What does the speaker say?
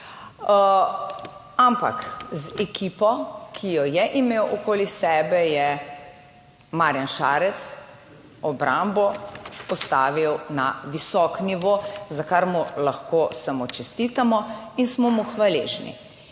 ampak z ekipo, ki jo je imel okoli sebe, je Marjan Šarec obrambo postavil na visok nivo, za kar mu lahko samo čestitamo in smo mu hvaležni.